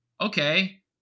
okay